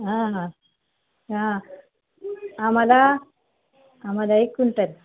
हां हां हां आम्हाला आम्हाला एक कंटल